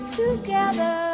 together